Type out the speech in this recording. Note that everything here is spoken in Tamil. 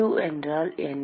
q என்றால் என்ன